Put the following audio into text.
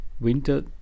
winter